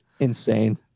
insane